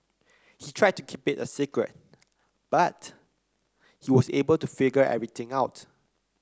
they tried to keep it a secret but he was able to figure everything out